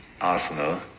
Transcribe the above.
Arsenal